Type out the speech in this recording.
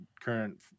current